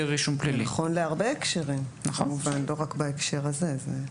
נכון להרבה הקשרים, כמובן, ולא רק להקשר הזה.